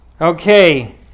Okay